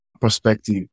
perspective